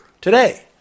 today